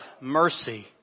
mercy